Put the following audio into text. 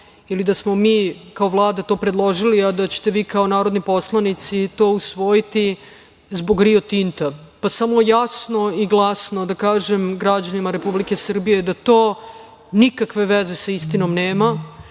ili da smo mi kao Vlada to predložili a da ćete vi kao narodni poslanici to usvojiti zbog "Rio Tinta".Jasno i glasno hoću da kažem građanima Republike Srbije da to nikakve veze sa istinom nema,